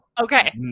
Okay